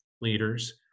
leaders